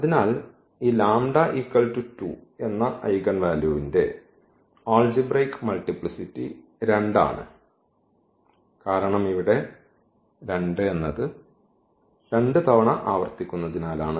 അതിനാൽ ഈ എന്ന ഐഗൻ വാല്യൂവിന്റെ ആൾജിബ്രയ്ക് മൾട്ടിപ്ലിസിറ്റി 2 ആണ് കാരണം ഇവിടെ 2 രണ്ടു തവണ ആവർത്തിക്കുന്നതിനാലാണ്